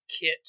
kit